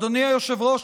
אדוני היושב-ראש,